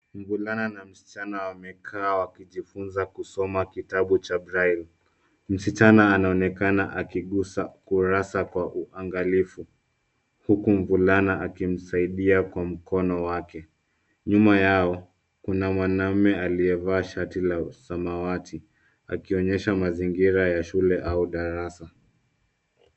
Mvulana na msichana wamekaa wakijifunza kusoma kitabu cha braille . Msichana anaonekana akigusa kurasa kwa uangalifu huku mvulana akimsaidia kwa mkono wake. Nyuma yao kuna mwanaume aliyevaa shati la samawati akionyesha mazingira ya shule au darasa.